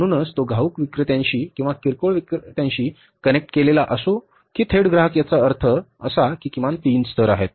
म्हणूनच तो घाऊक विक्रेत्याशी किंवा किरकोळ विक्रेत्याशी कनेक्ट केलेला असो की थेट ग्राहक याचा अर्थ असा की किमान 3 स्तर आहेत